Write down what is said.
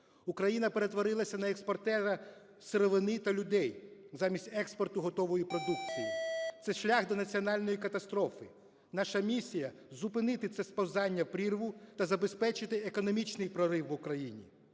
України перетворилася на експортера сировини та людей замість експорту готової продукції – це шлях до національної катастрофи. Наша місія – зупинити це сповзання в прірву та забезпечити економічний прорив в Україні.